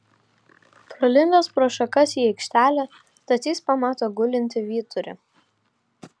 pralindęs pro šakas į aikštelę stasys pamato gulintį vyturį